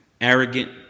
arrogant